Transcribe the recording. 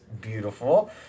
beautiful